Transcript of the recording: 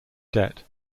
debt